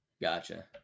Gotcha